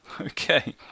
Okay